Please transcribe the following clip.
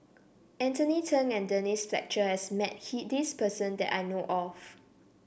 Anthony Then and Denise Fletcher has met he this person that I know of